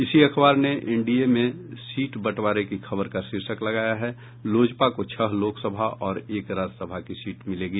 इसी अखबार ने एनडीए में सीट बंटवारे की खबर का शीर्षक लगाया है लोजपा को छह लोकसभा और एक राज्यसभा की सीट मिलेगी